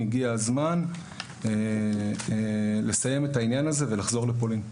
הגיע הזמן לסיים את העניין הזה ולחזור לפולין.